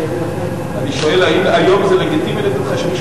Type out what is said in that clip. אני שואל אם היום זה לגיטימי לדעתך שמישהו